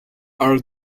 are